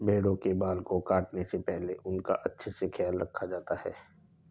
भेड़ों के बाल को काटने से पहले उनका अच्छे से ख्याल रखा जाता है